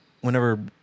whenever